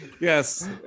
yes